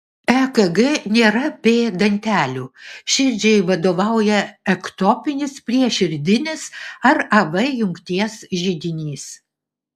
ekg nėra p dantelių širdžiai vadovauja ektopinis prieširdinis ar av jungties židinys